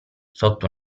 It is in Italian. sotto